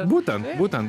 būtent būtent